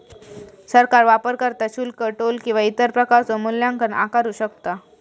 सरकार वापरकर्ता शुल्क, टोल किंवा इतर प्रकारचो मूल्यांकन आकारू शकता